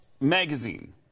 magazine